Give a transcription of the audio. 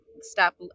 stop